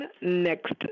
next